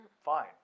fine